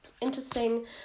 Interesting